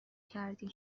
کردی